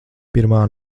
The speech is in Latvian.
pirmā